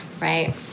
right